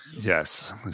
yes